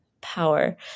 power